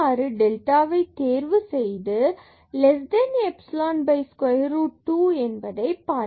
delta தேர்வு செய்து epsilon by square root 2 என்பதை பார்க்கலாம்